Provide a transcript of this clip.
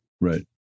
Right